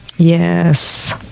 Yes